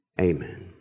Amen